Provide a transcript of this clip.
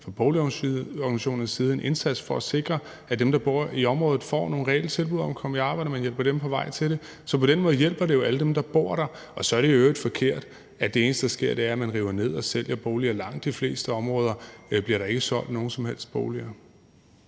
en indsats for at sikre, at dem, der bor i området, får nogle reelle tilbud om at komme i arbejde, og at man hjælper dem på vej til det. Så på den måde hjælper det jo alle dem, der bor der. Og så er det i øvrigt forkert, at det eneste, der sker, er, at man river boliger ned og sælger boliger. I langt de fleste områder bliver der ikke solgt nogen som helst boliger.